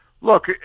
look